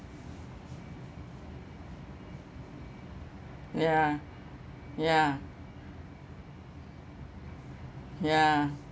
ya ya ya